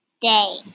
day